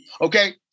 okay